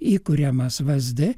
įkuriamas vds